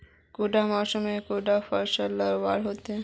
कुंडा मोसमोत कुंडा फसल लगवार होते?